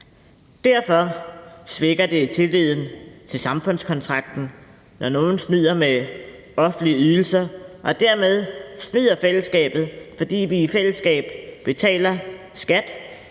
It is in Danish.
Derfor svækker det tilliden til samfundskontrakten, når nogen snyder med offentlige ydelser og dermed snyder fællesskabet, fordi vi i fællesskab betaler skat,